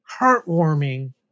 heartwarming